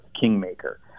kingmaker